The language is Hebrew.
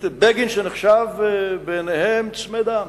את בגין, שנחשב בעיניהם צמא דם,